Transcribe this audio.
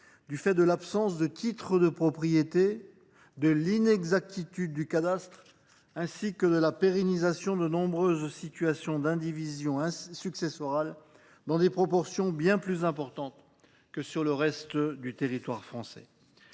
du fait de l’absence de titres de propriété, de l’inexactitude du cadastre ainsi que de la pérennisation de nombreuses situations d’indivision successorale dans des proportions bien plus importantes que sur le reste du territoire français.